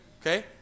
Okay